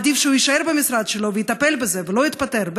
עדיף שהוא יישאר במשרד שלו ויטפל בזה ולא יתפטר,